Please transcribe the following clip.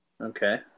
Okay